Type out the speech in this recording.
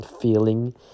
feeling